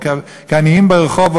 או כעניים ברחוב,